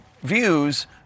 views